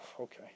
okay